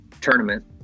Tournament